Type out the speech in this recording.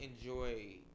enjoy